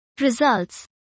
Results